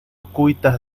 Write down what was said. cuitas